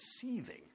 seething